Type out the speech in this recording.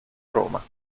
roma